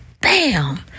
bam